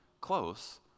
close